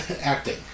acting